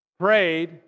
prayed